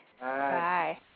Bye